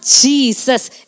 Jesus